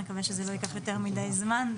אני מקווה שזה לא ייקח יותר מדי זמן.